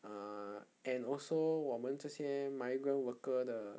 err and also 我们这些 migrant worker 的